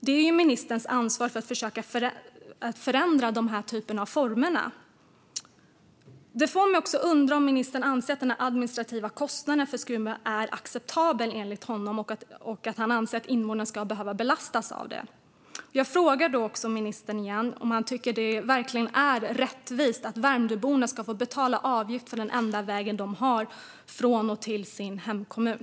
Det är ministerns ansvar att förändra den här typen av former. Det får mig att undra om ministern anser att den administrativa kostnaden för Skurubron är acceptabel enligt honom och om han anser att invånarna ska behöva belastas av den. Jag frågar ministern igen om han tycker det verkligen är rättvist att Värmdöborna ska få betala avgift för den enda vägen de har från och till sin hemkommun.